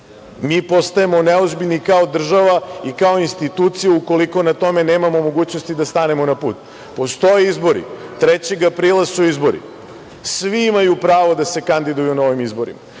Mi postajemo neozbiljni kao država i kao institucija ukoliko nemamo mogućnosti da tome stanemo na put. Postoje izbori, 3. aprila su izbori, svi imaju pravo da se kandiduju na ovim izborima.